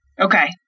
Okay